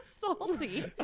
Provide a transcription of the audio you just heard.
salty